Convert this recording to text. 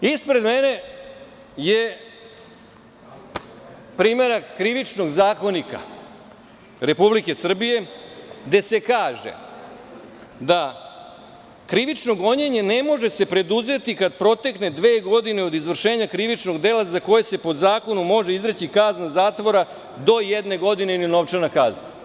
Ispred mene je primerak Krivični Zakonik Republike Srbije, gde se kaže da krivično gonjenje se ne može preduzeti kad protekne dve godine od izvršenja krivičnog dela za koje se po zakonu može izreći kazna zatvora do jedne godine ili novčana kazna.